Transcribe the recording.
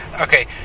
Okay